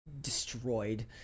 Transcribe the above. destroyed